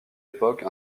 époque